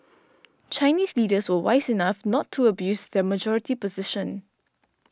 Chinese leaders were wise enough not to abuse their majority position